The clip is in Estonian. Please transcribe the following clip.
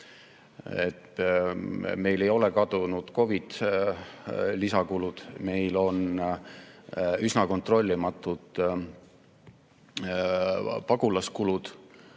Meil ei ole kadunud COVID-i lisakulud, meil on üsna kontrollimatud pagulaskulud,